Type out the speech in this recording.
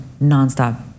nonstop